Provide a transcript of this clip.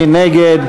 מי נגד?